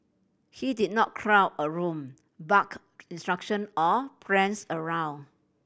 he did not crowd a room bark instruction or prance around